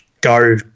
go